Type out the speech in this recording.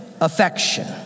affection